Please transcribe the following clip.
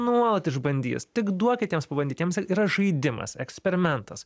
nuolat išbandys tik duokit jiems pabandyt jiems žaidimas eksperimentas